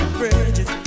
bridges